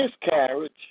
miscarriage